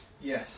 Yes